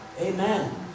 Amen